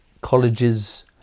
colleges